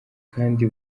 kandi